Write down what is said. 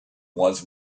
was